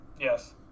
Yes